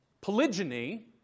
polygyny